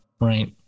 right